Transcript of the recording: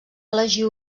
elegir